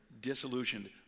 disillusioned